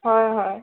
হয় হয়